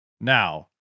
now